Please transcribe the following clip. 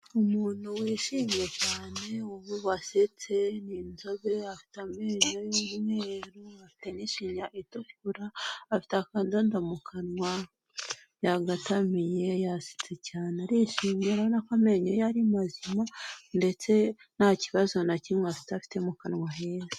Umuntu wishimye cyane wasetse ni inzobe afite amenyo y'umweru afite ishinya itukura ,afite akadodo mu kanwa yagatamiye yasetse cyane arishimye urabona ko amenyo ye ari mazima ndetse nta kibazo na kimwe afite ,afite mu kanwa heza.